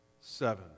seven